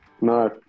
No